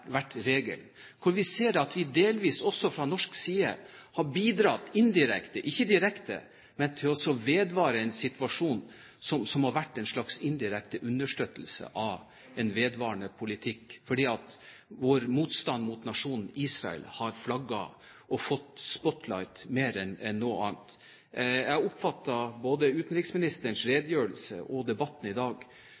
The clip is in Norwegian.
hvor vi ser at vi delvis også fra norsk side har bidratt indirekte – ikke direkte – til å opprettholde en situasjon som har vært en slags indirekte understøttelse av en vedvarende politikk, fordi vår motstand mot nasjonen Israel mer enn noe annet har blitt flagget og fått spotlight? Jeg oppfatter både utenriksministerens